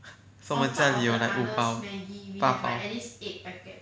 so like 我们家里有 like 六包八包